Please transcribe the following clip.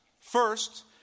First